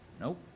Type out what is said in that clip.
Nope